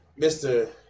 Mr